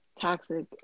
toxic